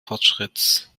fortschritts